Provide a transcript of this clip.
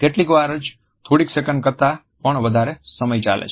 કેટલીકવાર જ થોડીક સેકંડ કરતા પણ વધારે સમય ચાલે છે